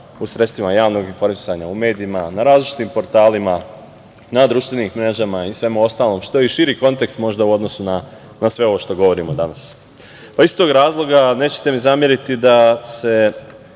u sredstvima javnog informisanja, u medijima, na različitim portalima, na društvenim mrežama i svemu ostalom što je i širi kontekst možda u odnosu na sve ovo što govorimo danas. Iz tog razloga, nećete mi zameriti da se